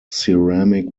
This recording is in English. ceramic